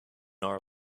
our